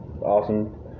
awesome